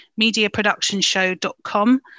mediaproductionshow.com